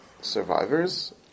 survivors